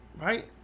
Right